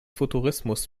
futurismus